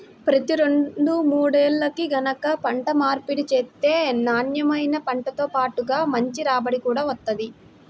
ప్రతి రెండు మూడేల్లకి గనక పంట మార్పిడి చేత్తే నాన్నెమైన పంటతో బాటుగా మంచి రాబడి గూడా వత్తది